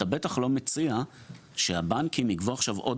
אתה בטח לא מציע שהבנקים יגבו עכשיו עוד